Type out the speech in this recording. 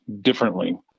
differently